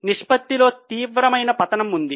నిష్పత్తిలో తీవ్రమైన పతనం ఉంది